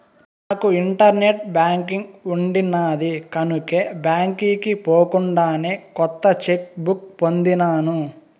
నాకు internet banking ఉండిన్నాది కనుకే బాంకీకి పోకుండానే కొత్త చెక్ బుక్ పొందినాను